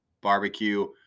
Barbecue